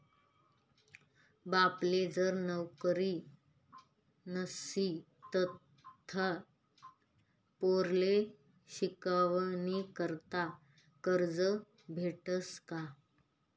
बापले जर नवकरी नशी तधय पोर्याले शिकानीकरता करजं भेटस का?